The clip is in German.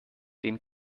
den